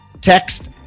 text